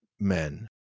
Men